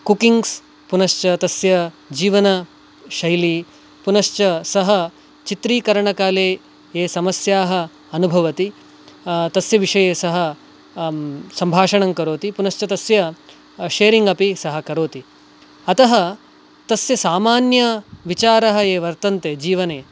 cookings पुनश्च तस्य जीवनशैली पुनश्च सः चित्रीकरणकाले ये समस्याः अनुभवति तस्य विषये सः सम्भाषणं करोति पुनश्च तस्य शेरिङ्ग् अपि सः करोति अतः तस्य सामान्य विचारः ये वर्तन्ते जीवने